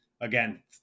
Again